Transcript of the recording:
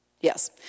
Yes